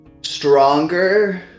stronger